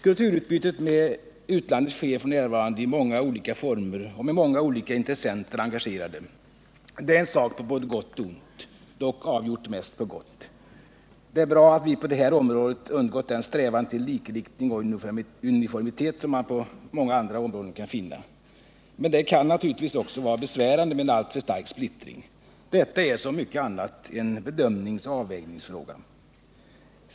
Kulturutbytet med utlandet sker f. n. i många olika former och med många olika intressenter engagerade. Det är en sak på både gott och ont, dock avgjort mest på gott. Det är bra att vi på det här området undgått den strävan till likriktning och uniformitet som man kan finna på många andra områden. Men det kan naturligtvis också vara besvärande med en alltför stark splittring. Detta är som så mycket annat en bedömningsoch avvägningsfråga.